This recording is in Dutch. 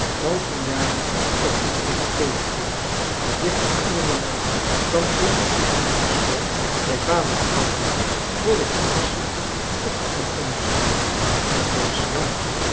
tal van jaren op uw evangeliefluit de dichter oerlemans dan komt zich in persoon bij vader aanbieden voor de toepasselijke op en onderschriften en het was jammer